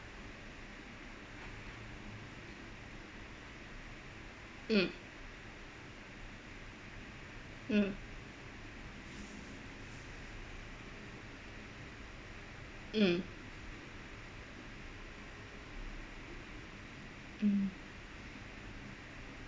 mm mm mm mm